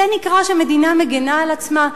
זה נקרא שמדינה מגינה על עצמה?